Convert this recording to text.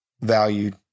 valued